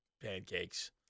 pancakes